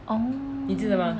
oo